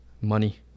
Money